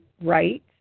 right